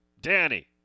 Danny